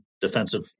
defensive